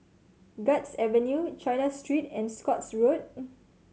Guards Avenue China Street and Scotts Road